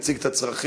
יציג את הצרכים,